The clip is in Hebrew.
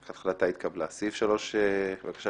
הצבעה בעד הבקשה 2 נגד,